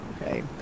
okay